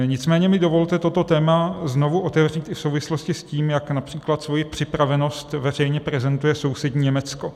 Nicméně mi dovolte toto téma znovu otevřít i v souvislosti s tím, jak například svoji připravenost veřejně prezentuje sousední Německo.